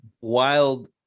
wild